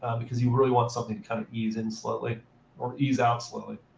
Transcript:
because you really want something to kind of ease in slightly or ease out slowly.